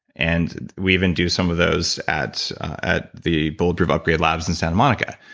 and we even do some of those at at the bulletproof upgrade labs in santa monica.